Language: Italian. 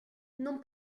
non